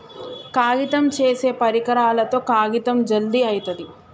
కాగితం చేసే పరికరాలతో కాగితం జల్ది అయితది